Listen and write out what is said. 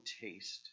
taste